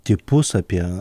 tipus apie